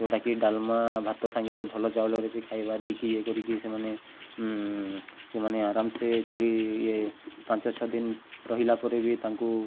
ଯେଉଁଟାକି ଡାଲମା ଭାତ ସାଙ୍ଗରେ ଭଲ ଚାଉଳରେ ବି ଖାଇବା ଦେଇକି ଇଏ କରିକି ସେମାନେ ସେମାନେ ଆରାମସେ ଚଳି ଇଏ ପାଞ୍ଚ ଛଅ ଦିନ ରହିଲା ପରେ ବି ତାଙ୍କୁ